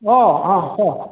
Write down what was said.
অঁ অঁ কওক